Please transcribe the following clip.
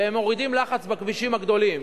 ושהם מורידים לחץ בכבישים הגדולים.